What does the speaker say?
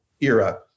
era